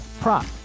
prop